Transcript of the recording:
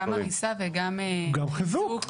גם הריסה וגם חיזוק.